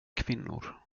kvinnor